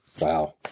Wow